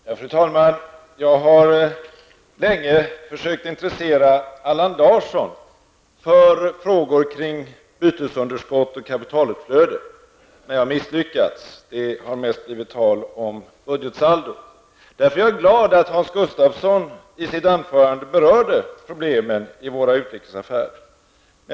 Fru talman! Jag har länge försökt intressera Allan Larsson för frågor kring bytesunderskott och kapitalutflöde, men jag har misslyckats; det har mest blivit tal om budgetsaldo. Därför är jag glad att Hans Gustafsson i sitt anförande berörde problemen i våra utrikesaffärer.